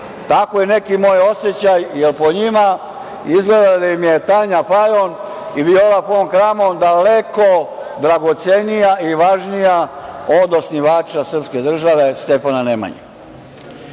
To je neki moj osećaj, jer po njima izgleda da su im Tanja Fajon i Viola fon Kramon daleko dragocenije i važnije od osnivača srpske države, Stefana Nemanje. Stefan